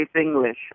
English